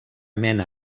mena